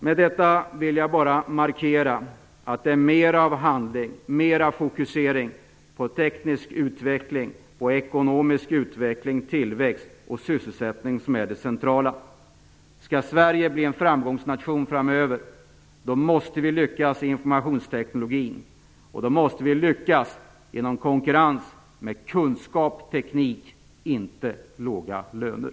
Med detta vill jag bara markera att det är mer av handling, mer fokusering på teknisk utveckling, ekonomisk utveckling, tillväxt och sysselsättning som är det centrala. Skall Sverige bli en framgångsnation framöver måste vi lyckas med informationsteknologin, då måste vi lyckas genom konkurrens med kunskap och teknik, inte med låga löner.